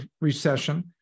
recession